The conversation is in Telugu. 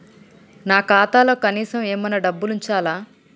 నా ఖాతాలో కనీసం ఏమన్నా డబ్బులు ఉంచాలా?